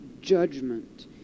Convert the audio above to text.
judgment